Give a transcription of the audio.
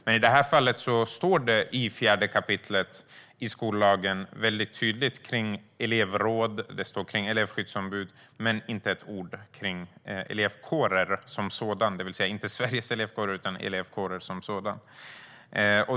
Men i det här fallet står det i 4 kap. skollagen tydligt om elevråd och elevskyddsombud men inte ett ord om elevkårer, det vill säga inte Sveriges Elevkårer utan elevkårer som sådana.